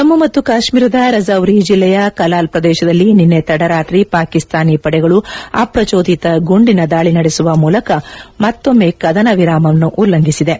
ಜಮ್ನು ಮತ್ತು ಕಾಶ್ನೀರದ ರಚೌರಿ ಜಿಲ್ಲೆಯ ಕಲಾಲ್ ಪ್ರದೇಶದಲ್ಲಿ ನಿನ್ನೆ ತಡರಾತ್ರಿ ಪಾಕಿಸ್ತಾನಿ ಪಡೆಗಳು ಅಪ್ರಚೋದಿತ ಗುಂಡಿನ ದಾಳಿ ನಡೆಸುವ ಮೂಲಕ ಮತ್ತೊಮ್ನೆ ಕದನ ವಿರಾಮವನ್ನು ಉಲ್ಲಂಘಿಸಿವೆ